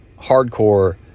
hardcore